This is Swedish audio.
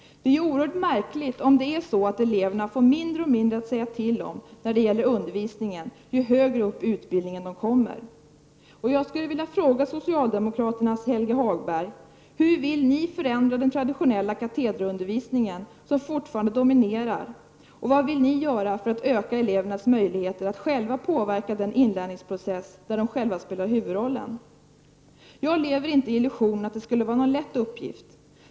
Det är ju oerhört märkligt om det är så att eleverna får mindre och mindre att säga till om när det gäller undervisningen ju högre upp i utbildningen de kommer. Jag skulle vilja fråga socialdemokraternas Helge Hagberg: Hur vill ni förändra den traditionella katederundervisningen, som fortfarande dominerar? Vad vill ni göra för att öka elevernas möjligheter att själva påverka den inlärningsprocess där de själva spelar huvudrollen? Jag lever inte i illusionen att det skulle vara någon lätt uppgift.